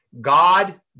God